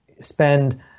spend